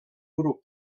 grup